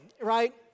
right